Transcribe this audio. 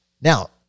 Now